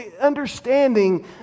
understanding